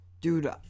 Dude